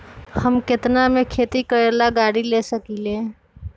हम केतना में खेती करेला गाड़ी ले सकींले?